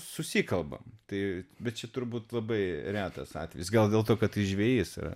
susikalbam tai bet čia turbūt labai retas atvejis gal dėl to kad tai žvejys